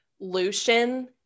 lucian